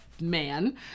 man